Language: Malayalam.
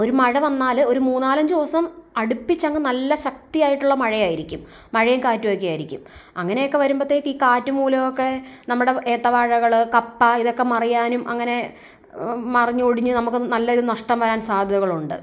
ഒരു മഴ വന്നാൽ ഒരു മൂന്നാലാഞ്ചു ദിവസം അടുപ്പിച്ചങ്ങ് നല്ല ശക്തിയായിട്ടുള്ള മഴയായിരിക്കും മഴയും കാറ്റും ഒക്കെ ആയിരിക്കും അങ്ങനെയൊക്കെ വരുമ്പോഴത്തേക്ക് ഈ കാറ്റു മൂലമൊക്കെ നമ്മുടെ ഏത്ത വാഴകൾ കപ്പ ഇതൊക്കെ മറിയാനും അങ്ങനെ മറിഞ്ഞ് ഒടിഞ്ഞു നമുക്ക് നല്ലൊരു നഷ്ടം വരാൻ സാധ്യതകളുണ്ട്